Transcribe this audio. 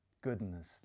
goodness